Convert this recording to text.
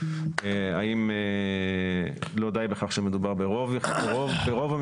האם לא די בכך שמדובר ברוב המבנה,